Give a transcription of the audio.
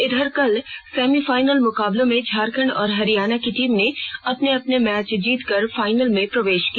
इधर कल सेमीफाइनल मुकाबलों में झारखंड और हरियाणा की टीम ने अपने अपने मैच जीतकर फाइनल में प्रवेश किया